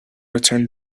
returned